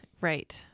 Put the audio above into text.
right